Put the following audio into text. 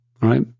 right